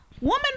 Woman